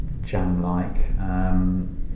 jam-like